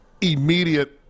immediate